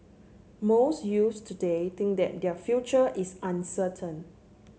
most youths today think that their future is uncertain